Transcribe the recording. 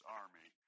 army